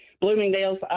Bloomingdale's